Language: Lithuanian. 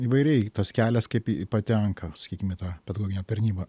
įvairiai tas kelias kaip į patenka sakykime tą bet kokia tarnyba